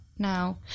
now